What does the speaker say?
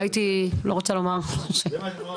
סליחה.